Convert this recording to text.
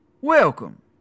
Welcome